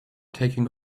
taking